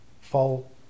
fall